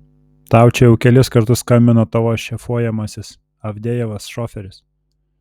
tau čia jau kelis kartus skambino tavo šefuojamasis avdejevas šoferis